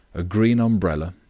a green umbrella,